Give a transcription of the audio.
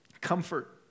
Comfort